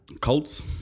Cults